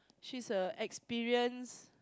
she's a experienced